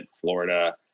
Florida